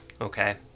Okay